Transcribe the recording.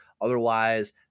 otherwise